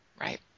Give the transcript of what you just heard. right